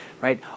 right